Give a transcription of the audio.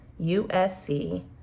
USC